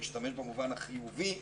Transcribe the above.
להשתמש במובן החיובי.